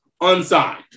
unsigned